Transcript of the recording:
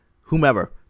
whomever